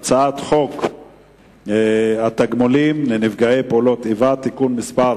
והצעת חוק התגמולים לנפגעי פעולות איבה (תיקון מס'